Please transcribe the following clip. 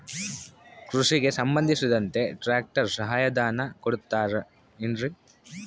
ಕೃಷಿಗೆ ಸಂಬಂಧಿಸಿದಂತೆ ಟ್ರ್ಯಾಕ್ಟರ್ ಸಹಾಯಧನ ಕೊಡುತ್ತಾರೆ ಏನ್ರಿ?